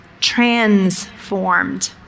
transformed